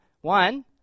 One